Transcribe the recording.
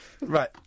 Right